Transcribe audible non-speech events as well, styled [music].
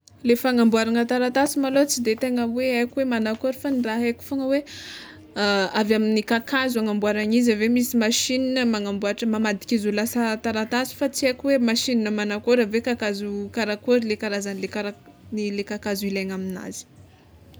Le fagnamboarana taratasy malôha tsy de tegna hoe aiko hoe magnakory fa ny raha aiko fogna hoe [hesitation] avy amin'ny kakazo hagnamboaran'izy aveo misy machine magnamboatra mamadiky izy ho lasa taratasy, fa tsy haiko hoe machine magnakory aveo kakazo karakory le karazanle kara- ny le kakazo ilegna aminazy.